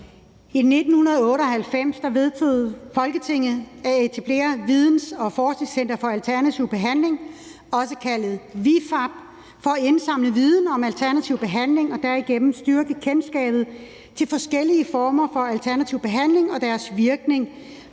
I 1998 vedtog Folketinget at etablere Videns- og Forskningscenter for Alternativ Behandling, også kaldet ViFAB, for at indsamle viden om alternativ behandling og derigennem styrke kendskabet til forskellige former for alternativ behandling og deres virkning,